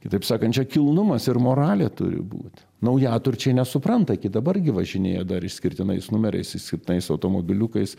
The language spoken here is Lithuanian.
kitaip sakant čia kilnumas ir moralė turi būt naujaturčiai nesupranta iki dabar gi važinėja dar išskirtinais numeriais išskirtinais automobiliukais